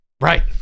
right